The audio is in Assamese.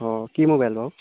অঁ কি ম'বাইল ল'ব